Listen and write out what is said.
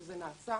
שזה נעשה.